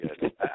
good